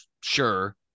sure